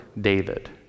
David